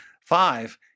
Five